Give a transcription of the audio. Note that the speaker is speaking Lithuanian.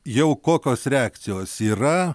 jau kokios reakcijos yra